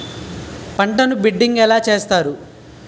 పంటను బిడ్డింగ్ ఎలా చేస్తారు?